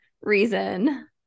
reason